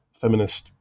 feminist